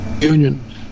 Union